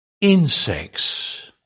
Insects